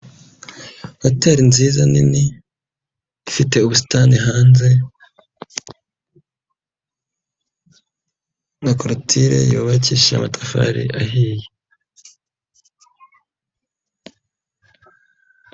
Hotel nziza nini ifite ubusitani hanze na korotire yubakishije amatafari ahiye.